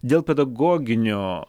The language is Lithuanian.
dėl pedagoginio